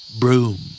broom